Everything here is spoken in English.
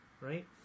right